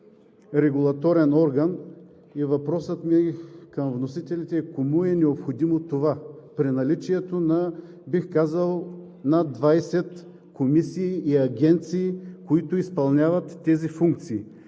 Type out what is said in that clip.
регулаторен орган. Въпросът ми към вносителите е: кому е необходимо това при наличието на над 20 комисии и агенции, които изпълняват тези функции?